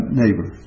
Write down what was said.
neighbor